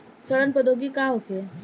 सड़न प्रधौगिकी का होखे?